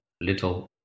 little